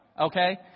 Okay